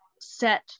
set